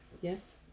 Yes